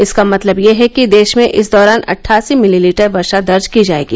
इसका मतलब यह है कि देश में इस दौरान अट्ठासी मिलीमीटर वर्षा दर्ज की जाएगी